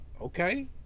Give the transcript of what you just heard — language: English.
okay